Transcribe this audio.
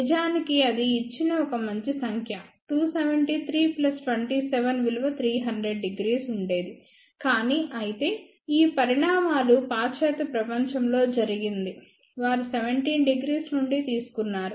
నిజానికి అది ఇచ్చిన ఒక మంచి సంఖ్య 273 ప్లస్ 27 విలువ 300° ఉండేదికానీ అయితే ఈ పరిణామాలు పాశ్చాత్య ప్రపంచంలో జరిగింది వారు 17° నుంచి తీసుకున్నారు